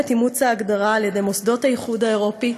את אימוץ ההגדרה על-ידי מוסדות האיחוד האירופי